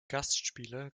gastspiele